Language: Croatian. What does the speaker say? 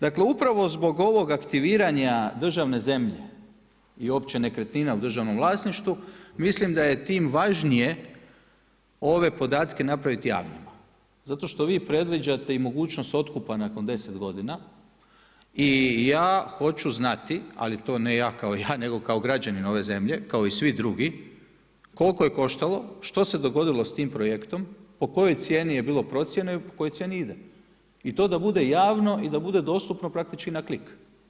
Dakle, upravo zbog ovog aktiviranja državne zemlje i uopće nekretnina u državnom vlasništvu mislim da je tim važnije ove podatke napraviti javnima zato što vi predviđate i mogućnost otkupa nakon 10 godina i ja hoću znati, ali ne to ja kao ja, nego kao građanin ove zemlje kao i svi drugi koliko je koštalo, što se dogodilo sa tim projektom, po kojoj cijeni je bilo procijenjeno i po kojoj cijeni ide i to da bude javno i da bude dostupno praktički na klik.